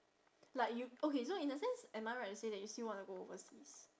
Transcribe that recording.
like you okay so in a sense am I right to say that you still want to go overseas